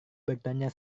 bertanya